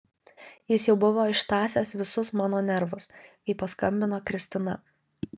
jis jau buvo ištąsęs visus mano nervus kai paskambino kristina